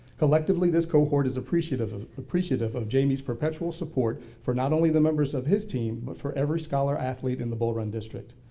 collectively this cohort is appreciative appreciative of jamie's perpetual support for not only the members of his team, but for every scholar athlete in the bull run district.